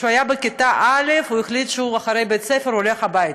כשהוא היה בכיתה א' הוא החליט שהוא אחרי בית-ספר הולך הביתה,